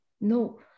No